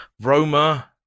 roma